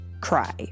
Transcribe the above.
cry